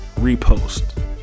repost